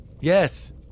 Yes